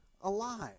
alive